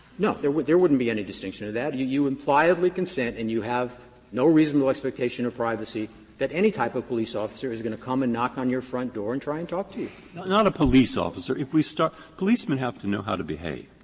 no, there there wouldn't be any distinction to that. you you impliedly consent and you have no reasonable expectation of privacy that any type of police officer is going to come and knock on your front door and try and talk to you. breyer not a police officer. if we start policemen have to know how to behave.